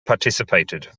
participated